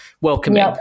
welcoming